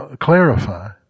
clarify